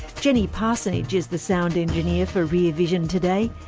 jenny parsonage is the sound engineer for rear vision today.